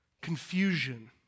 confusion